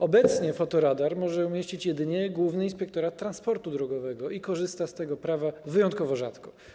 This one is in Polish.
Obecnie fotoradar może umieścić jedynie Główny Inspektorat Transportu Drogowego i korzysta z tego prawa wyjątkowo rzadko.